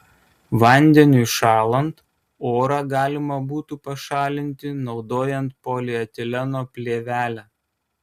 vandeniui šąlant orą galima būtų pašalinti naudojant polietileno plėvelę